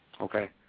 okay